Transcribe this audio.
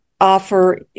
offer